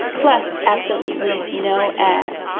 plus absolutely no ads.